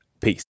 Peace